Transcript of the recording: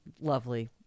lovely